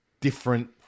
different